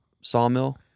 sawmill